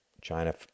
China